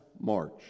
March